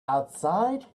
outside